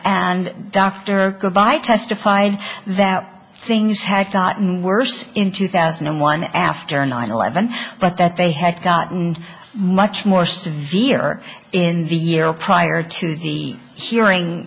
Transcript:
and dr goodbye testified that things had gotten worse in two thousand and one after nine eleven but that they had gotten much more severe in the year prior to the hearing